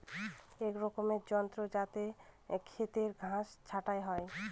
এক রকমের যন্ত্র যাতে খেতের ঘাস ছাটা হয়